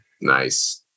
Nice